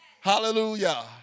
Hallelujah